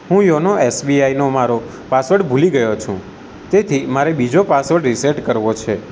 હું યોનો એસબીઆઈનો મારો પાસવડ ભૂલી ગયો છું તેથી મારે બીજો પાસવડ રીસેટ કરવો છે